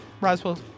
Roswell